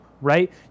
right